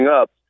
up